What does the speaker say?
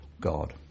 God